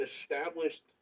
established